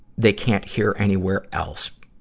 they can't hear anywhere else.